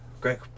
Great